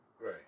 Right